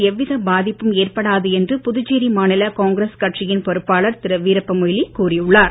எவ்வித பாதிப்பும் ஏற்படாது என்று புதுச்சேரி மாநில காங்கிரஸ் கட்சியின் பொறுப்பானர் திரு வீரப்ப மொய்லி கூறி உள்ளார்